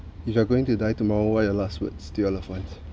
if you are going to die tomorrow what your last words to your loved ones